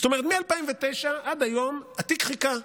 זאת אומרת מ-2009 עד היום התיק חיכה,